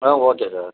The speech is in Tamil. ah okay sir